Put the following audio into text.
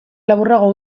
laburrago